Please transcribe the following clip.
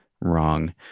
wrong